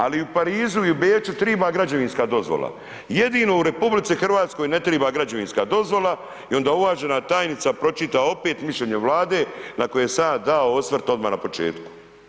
Ali, i u Parizu i u Beču treba građevinska dozvola, jedno u RH, ne treba građevinska dozvola i onda uvažena tajnica pročita opet mišljenja Vlade, na koje sam ja dao osvrt odmah na početku.